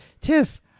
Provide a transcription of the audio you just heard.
Tiff